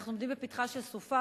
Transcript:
אנחנו עומדים בפתחה של סופה.